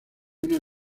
una